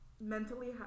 mentally